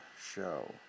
show